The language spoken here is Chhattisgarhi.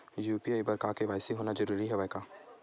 यू.पी.आई बर के.वाई.सी होना जरूरी हवय का?